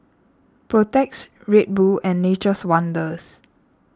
Protex Red Bull and Nature's Wonders